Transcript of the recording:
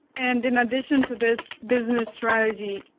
and in addition to this business strategy,